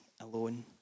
alone